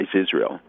Israel